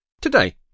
Today